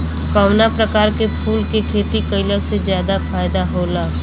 कवना प्रकार के फूल के खेती कइला से ज्यादा फायदा होला?